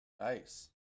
Nice